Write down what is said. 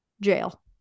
Jail